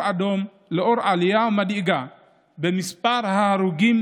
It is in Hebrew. אדום בשל עלייה מדאיגה במספר ההרוגים,